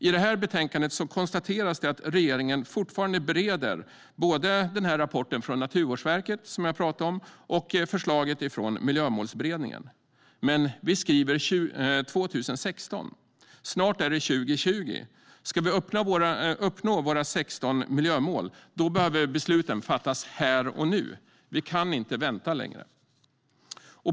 I det här betänkandet konstateras det att regeringen fortfarande bereder både den rapport från Naturvårdsverket jag har talat om och förslaget från Miljömålsberedningen. Vi skriver dock 2016. Snart är det 2020. Ska vi uppnå våra 16 miljömål behöver besluten fattas här och nu - vi kan inte vänta längre.